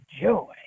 joy